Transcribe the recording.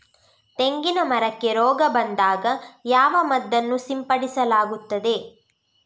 ತೆಂಗಿನ ಮರಕ್ಕೆ ರೋಗ ಬಂದಾಗ ಯಾವ ಮದ್ದನ್ನು ಸಿಂಪಡಿಸಲಾಗುತ್ತದೆ?